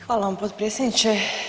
Hvala vam potpredsjedniče.